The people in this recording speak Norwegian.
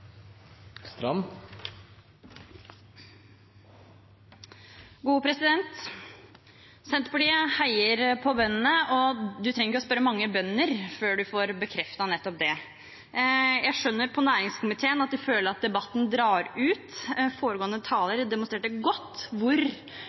bare surt. Senterpartiet heier på bøndene, og du trenger ikke å spørre mange bønder før du får bekreftet nettopp det. Jeg skjønner på næringskomiteen at de føler at debatten drar ut.